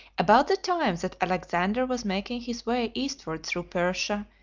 about the time that alexander was making his way eastward through persia,